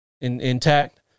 intact